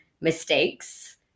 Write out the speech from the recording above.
mistakes